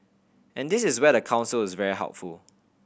and this is where the Council is very helpful